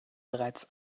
bereits